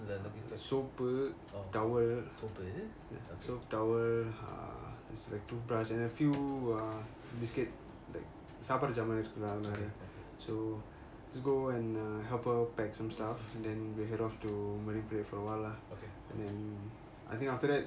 soap towel towel uh it's like toothbrush and a few err biscuits சாப்பாடு ஜாமான் இருக்கு:sapaadu jaaman iruku so just go and err help her pack some stuff and then we head off to marine parade for a while and then I think after that